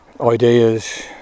ideas